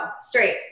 straight